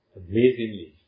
amazingly